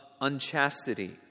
unchastity